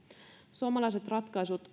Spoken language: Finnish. suomalaiset ratkaisut